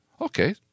Okay